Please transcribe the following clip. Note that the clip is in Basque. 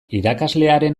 irakaslearen